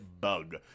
bug